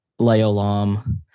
Leolam